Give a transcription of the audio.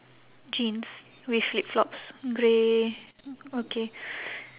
jeans with flip-flops grey okay